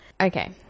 Okay